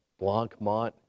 Blancmont